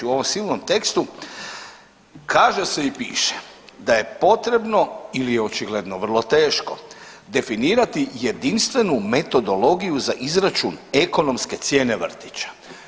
U ovom silnom tekstu kaže se i piše da je potrebno ili je očigledno vrlo teško definirati jedinstvenu metodologiju za izračun ekonomske cijene vrtića.